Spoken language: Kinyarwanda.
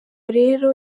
rero